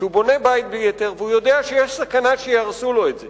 שהוא בונה בית בלי היתר והוא יודע שיש סכנה שיהרסו לו את זה,